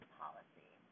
policy